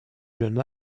jeune